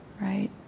right